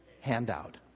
handout